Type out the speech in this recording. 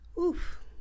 oof